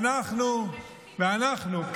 ואנחנו?